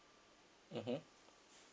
mmhmm